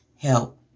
help